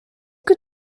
que